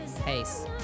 Pace